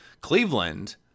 Cleveland